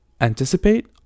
anticipate